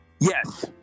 Yes